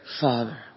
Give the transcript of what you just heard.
Father